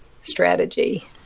strategy